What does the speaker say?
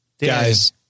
Guys